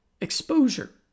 exposure